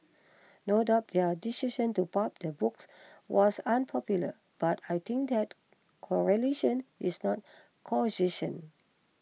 no doubt their decision to pulp the books was unpopular but I think that correlation is not causation